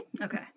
Okay